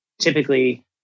typically